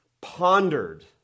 pondered